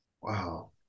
Wow